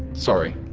sorry.